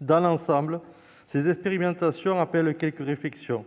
Dans l'ensemble, ces expérimentations appellent quelques réflexions.